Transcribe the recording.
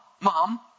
Mom